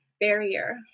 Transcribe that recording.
barrier